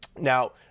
Now